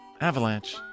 Avalanche